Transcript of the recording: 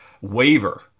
waiver